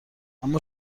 اما